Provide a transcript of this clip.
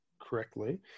correctly